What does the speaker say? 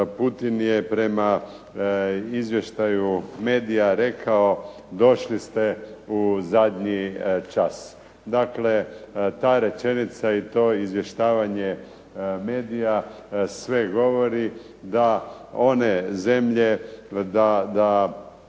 Putin je prema izvještaju medija rekao "Došli ste u zadnji čas!" Dakle, ta rečenica i to izvještavanje medija sve govori. Da one zemlje koje